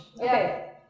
Okay